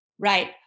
Right